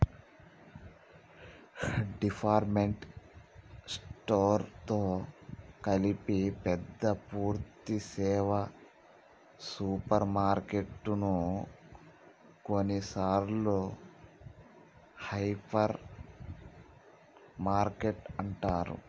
department store తో కలిపి పెద్ద పూర్థి సేవ సూపర్ మార్కెటు ను కొన్నిసార్లు హైపర్ మార్కెట్ అంటారు